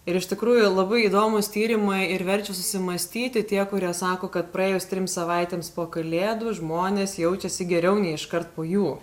ir iš tikrųjų labai įdomūs tyrimai ir verčia susimąstyti tie kurie sako kad praėjus trims savaitėms po kalėdų žmonės jaučiasi geriau nei iškart po jų